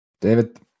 David